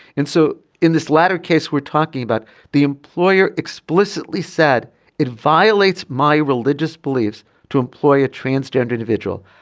and so in this latter case we're talking about the employer explicitly said it violates my religious beliefs to employ a transgender individual.